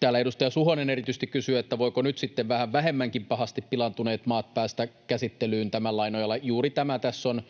Täällä erityisesti edustaja Suhonen kysyi, voiko nyt sitten vähän vähemmänkin pahasti pilaantuneet maat päästää käsittelyyn tämän lain nojalla. Juuri tämä tässä on